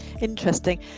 Interesting